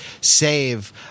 save